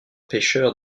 pêcheur